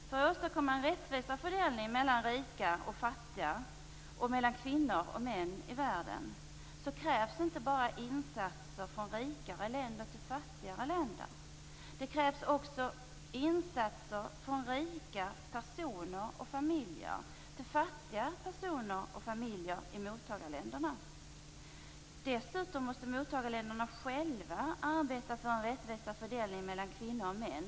För att åstadkomma en rättvisare fördelning mellan rika och fattiga och mellan kvinnor och män i världen krävs det inte bara insatser från rika länders sida riktade till fattigare länder utan också insatser från rika personers och familjers sida riktade till fattiga personer och familjer i mottagarländerna. Dessutom måste mottagarländerna själva arbeta för en rättvisare fördelning mellan kvinnor och män.